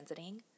transiting